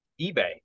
ebay